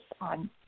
on